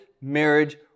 marriage